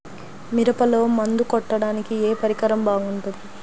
మిరపలో మందు కొట్టాడానికి ఏ పరికరం బాగుంటుంది?